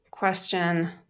Question